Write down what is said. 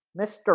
Mr